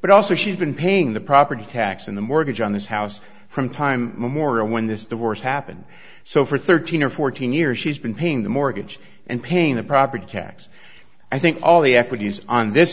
but also she's been paying the property tax on the mortgage on this house from time immemorial when this divorce happened so for thirteen or fourteen years she's been paying the mortgage and paying the property tax i think all the equities on this